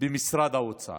במשרד האוצר,